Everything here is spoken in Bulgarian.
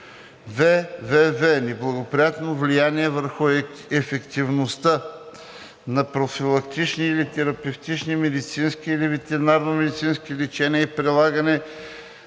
ввв) неблагоприятно влияние върху ефективността на профилактични или терапевтични медицински или ветеринарномедицински лечения и на прилаганите